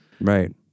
right